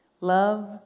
Love